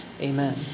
Amen